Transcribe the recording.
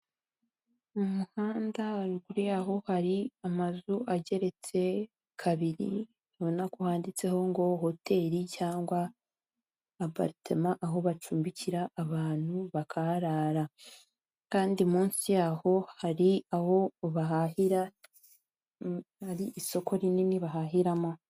Mu muhanda haruguru yaho hari amazu ageretse kabiri ubona ko handitseho ngo hoteli cyangwa aparitema aho bacumbikira abantu bakaraharara, kandi munsi yaho hari aho bahahira hari isoko rinini bahahiramo.